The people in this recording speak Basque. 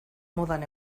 modan